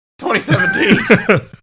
2017